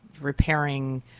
repairing